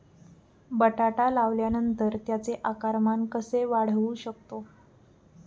बटाटा लावल्यानंतर त्याचे आकारमान कसे वाढवू शकतो?